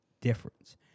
difference